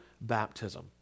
baptism